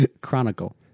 Chronicle